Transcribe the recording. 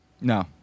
No